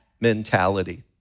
mentality